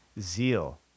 zeal